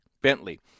bentley